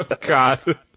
God